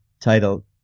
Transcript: title